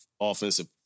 offensive